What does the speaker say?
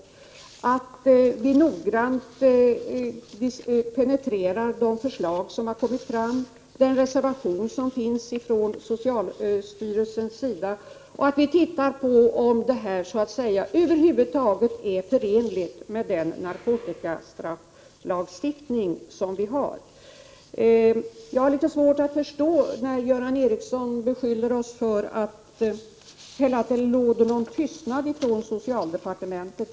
Regeringen skall noggrant penetrera de förslag som har lagts fram jämte reservationen från socialstyrelsen samt undersöka om förslaget över huvud taget är förenligt med nuvarande narkotikastrafflagstiftning. Jag har litet svårt att förstå varför Göran Ericsson beskyller mig för att det råder tystnad i socialdepartementet.